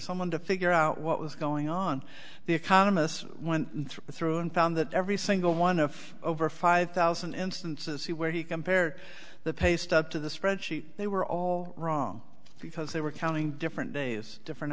someone to figure out what was going on the economists went through and found that every single one of over five thousand instances where he compared the pay stub to the spreadsheet they were all wrong because they were counting different days different